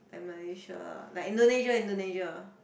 like Malaysia ah like Indonesia Indonesia